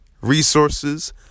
Resources